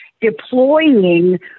deploying